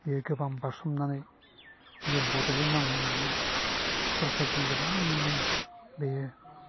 बियो गोबां बारसोमनानै बियो बड'लेण्ड नांगौ होननानै सोरखारजों गोबाङैनो बियो